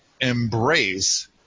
embrace